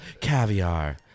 caviar